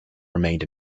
remained